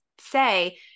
say